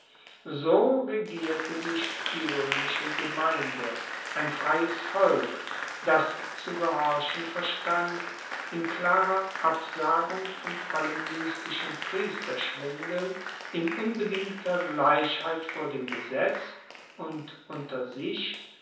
so regierte sich die roemische gemeinde ein freies volk das zu gehorchen verstand in klarer absagung von allem mystischen priesterschwindel in unbedingter gleichheit vor dem gesetz und unter sich